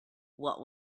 what